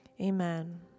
amen